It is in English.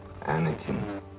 Anakin